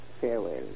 farewell